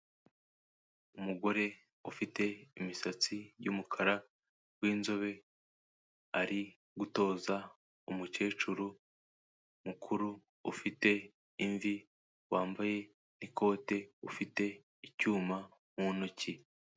Umugore ufite imisatsi y'umukara w'inzobe, ari gutoza umukecuru mukuru ufite imvi, wambaye ikote, ufite icyuma mu ntoki.